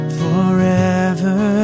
forever